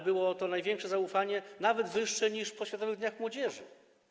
Było to największe zaufanie, nawet większe niż po Światowych Dniach Młodzieży.